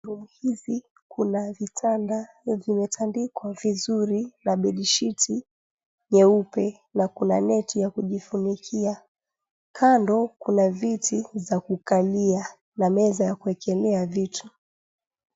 Room hizi kuna vitanda vimetandikwa vizuri na bedsheet nyeupi na kuna neti ya kujifunikia, kando kuna viti za kukukalia na meza ya kuekelea vitu.